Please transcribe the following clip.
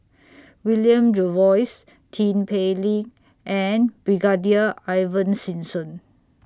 William Jervois Tin Pei Ling and Brigadier Ivan Simson